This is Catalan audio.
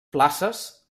places